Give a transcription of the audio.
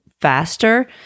faster